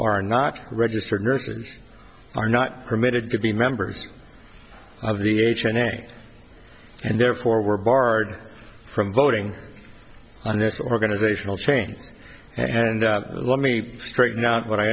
are not registered nurses are not permitted to be members of the h any and therefore were barred from voting on this organizational change and let me straighten out what i